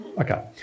Okay